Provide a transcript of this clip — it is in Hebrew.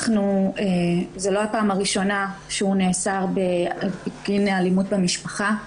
זו לא הפעם הראשונה שהוא נאסר בגין אלימות במשפחה.